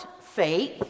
faith